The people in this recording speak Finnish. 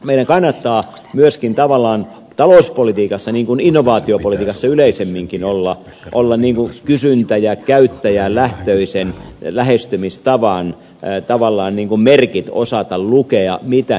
meidän kannattaa myöskin tavallaan talouspolitiikassa niin kuin innovaatiopolitiikassa yleisemminkin ikään kuin kysyntä ja käyttäjälähtöisen lähestymistavan merkit osata lukea mitä ne ovat